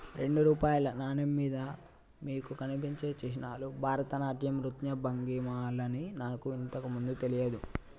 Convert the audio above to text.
రెండు రూపాయల నాణెం మీద మీకు కనిపించే చిహ్నాలు భరతనాట్యం నృత్య భంగిమలని నాకు ఇంతకు ముందు తెలియదు